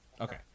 Okay